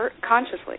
consciously